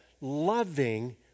loving